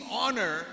honor